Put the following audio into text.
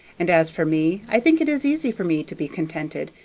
and as for me, i think it is easy for me to be contented,